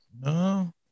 no